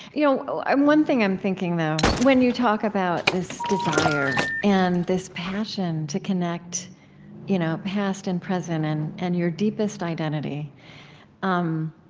you know one thing i'm thinking, though, when you talk about this desire and this passion to connect you know past and present and and your deepest identity um